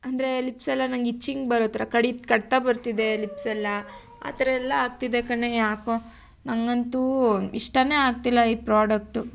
ಅಂದ್ರೆ ಲಿಪ್ಸೆಲ್ಲ ನನಗ್ ಇಚ್ಚಿಂಗ್ ಬರೋ ಥರ ಕಡಿತ ಕಡ್ತ ಬರ್ತಿದೆ ಲಿಪ್ಸೆಲ್ಲ ಆ ಥರ ಎಲ್ಲ ಆಗ್ತಿದೆ ಕಣೇ ಯಾಕೋ ನನಗಂತೂ ಇಷ್ಟವೇ ಆಗ್ತಿಲ್ಲ ಈ ಪ್ರೋಡಕ್ಟು